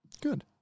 Good